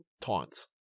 taunts